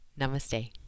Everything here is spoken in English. Namaste